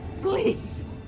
Please